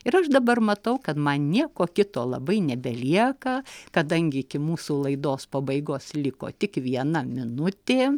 ir aš dabar matau kad man nieko kito labai nebelieka kadangi iki mūsų laidos pabaigos liko tik viena minutė